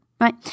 Right